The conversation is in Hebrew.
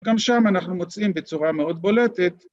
גם שם אנחנו מוצאים בצורה מאוד בולטת